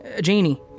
Janie